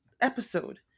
episode